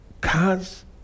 Cars